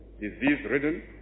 disease-ridden